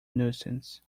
nuisance